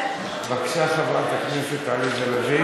בבקשה, חברת הכנסת עליזה לביא.